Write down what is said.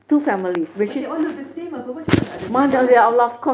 but they all look the same apa macam mana nak ada divide